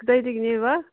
ꯀꯗꯥꯏꯗꯒꯤꯅꯦꯕ